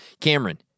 Cameron